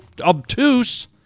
obtuse